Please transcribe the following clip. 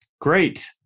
Great